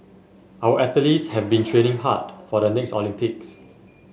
our athletes have been training hard for the next Olympics